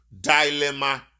Dilemma